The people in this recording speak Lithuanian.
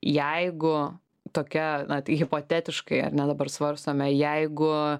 jeigu tokia net hipotetiškai ar ne dabar svarstome jeigu